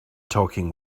talking